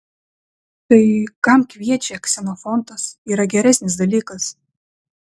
tai kam kviečia ksenofontas yra geresnis dalykas